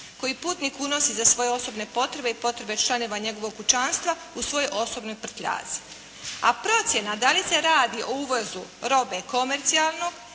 koji putnik unosi za svoje osobne potrebe i potrebe članova njegovog kućanstva u svojoj osobnoj prtljazi, a procjena da li se radi o uvozu robe komercijalnog